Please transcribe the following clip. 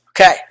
Okay